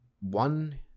one